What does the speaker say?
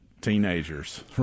teenagers